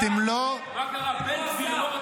מה קרה, בן גביר לא רוצה להצביע?